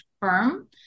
firm